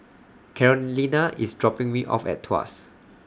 Carolina IS dropping Me off At Tuas